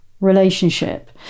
relationship